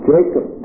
Jacob